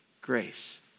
grace